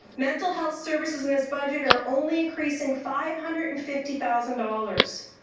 mental health services in this budget are only increasing five hundred and fifty thousand dollars.